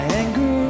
anger